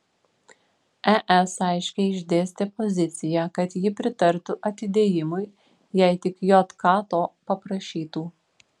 es aiškiai išdėstė poziciją kad ji pritartų atidėjimui jei tik jk to paprašytų